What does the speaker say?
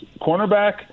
Cornerback